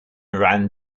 ran